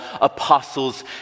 apostles